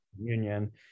Union